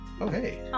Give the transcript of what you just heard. Okay